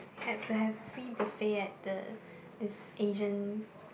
had to have free buffet at the this Asian